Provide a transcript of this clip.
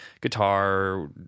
guitar